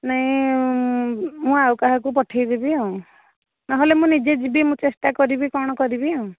ନାହିଁ ମୁଁ ମୁଁ ଆଉ କାହାକୁ ପଠାଇଦେବି ଆଉ ନହେଲେ ମୁଁ ନିଜେ ଯିବି ମୁଁ ଚେଷ୍ଟା କରିବି କ'ଣ କରିବି ଆଉ